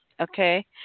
Okay